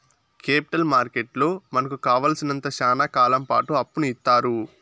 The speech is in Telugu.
కేపిటల్ మార్కెట్లో మనకు కావాలసినంత శ్యానా కాలంపాటు అప్పును ఇత్తారు